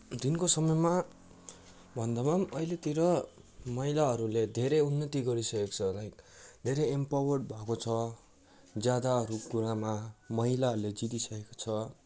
दिनको समयमा भन्दामा पनि अहिलेतिर महिलाहरूले धेरै उन्नति गरिसकेको छ लाइक धेरै एमपावर्ड भएको छ ज्यादाहरू कुरामा महिलाहरूले जितिसकेको छ